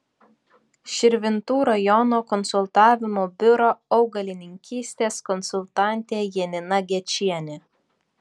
širvintų rajono konsultavimo biuro augalininkystės konsultantė janina gečienė